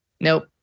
nope